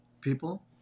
people